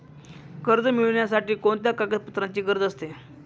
कर्ज मिळविण्यासाठी कोणत्या कागदपत्रांची गरज असते?